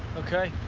ok.